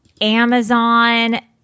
Amazon